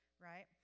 right